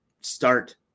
start